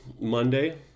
Monday